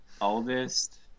oldest